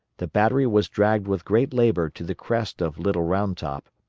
the battery was dragged with great labor to the crest of little round top,